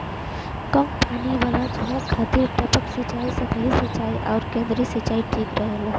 कम पानी वाला जगह खातिर टपक सिंचाई, सतही सिंचाई अउरी केंद्रीय सिंचाई ठीक रहेला